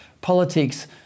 politics